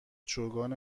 چوگان